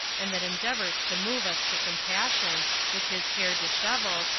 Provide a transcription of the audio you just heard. and that endeavors to move us to compassion, with his hair dishevelled,